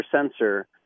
sensor